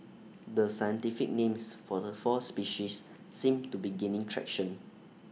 the scientific names for the four species seem to be gaining traction